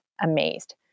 amazed